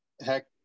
heck